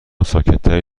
ساکتتری